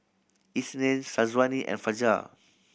Isnin Syazwani and Fajar